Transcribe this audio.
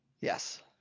Yes